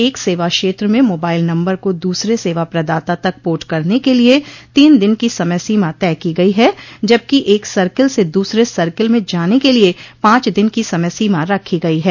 एक सेवा क्षेत्र में मोबाइल नंबर को दूसरे सेवा प्रदाता तक पोर्ट करने के लिए तीन दिन की समय सीमा तय की गई है जबकि एक सर्किल से दूसरे सर्किल में जाने के लिए पांच दिन की समय सीमा रखी गई है